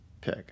pick